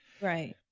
Right